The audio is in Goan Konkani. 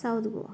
साउथ गोवा